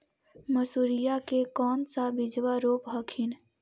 मसुरिया के कौन सा बिजबा रोप हखिन?